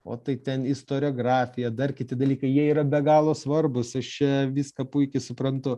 o tai ten istoriografija dar kiti dalykai jie yra be galo svarbūs aš čia viską puikiai suprantu